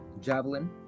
javelin